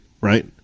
right